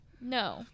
No